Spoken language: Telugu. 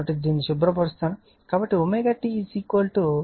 కాబట్టి ω t 90 డిగ్రీ ఉన్నప్పుడు I Im